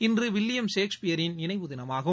இன்று வில்லியம் சேக்ஷ்பியரின் நினைவு தினமாகும்